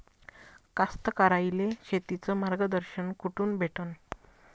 कास्तकाराइले शेतीचं मार्गदर्शन कुठून भेटन?